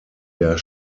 der